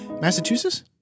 Massachusetts